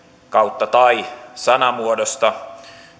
tai sanamuodosta